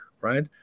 right